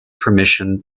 permission